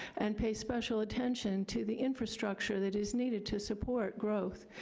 and pay special attention to the infrastructure that is needed to support growth.